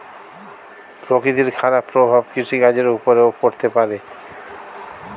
প্রকৃতির খারাপ প্রভাব কৃষিকাজের উপরেও পড়তে পারে